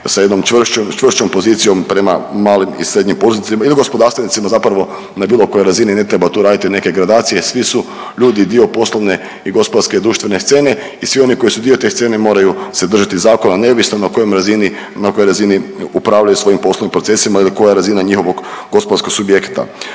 sa jednom čvršćom pozicijom prema malim i srednjim poduzetnicima ili gospodarstvenicima zapravo na bilo kojoj razini. Ne treba tu raditi neke gradacije, svi su ljudi dio poslovne i gospodarske i društvene scene i svi oni koji su dio te scene moraju se držati zakona, neovisno na kojoj razini upravljaju svojim poslovnim procesima ili koja je razina njihovog gospodarskog subjekta.